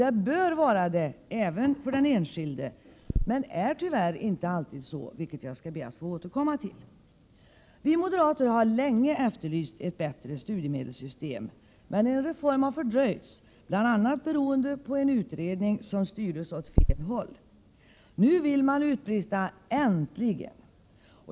Det bör det vara även för den enskilde, men tyvärr är så inte alltid fallet, vilket jag skall be att få återkomma till. Vi moderater har länge efterlyst ett bättre studiemedelssystem. Men en reform har fördröjts, bl.a. beroende på en utredning som styrdes åt fel håll. Nu vill man utbrista: Äntligen!